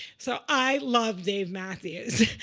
so, i love dave matthews.